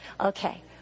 Okay